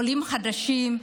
עולים חדשים,